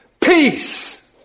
peace